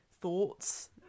thoughts